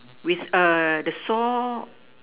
with a the saw